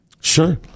Sure